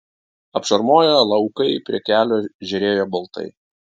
apšarmoję laukai prie kelio žėrėjo baltai